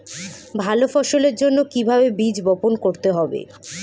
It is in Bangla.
ভালো ফসলের জন্য কিভাবে বীজ বপন করতে হবে?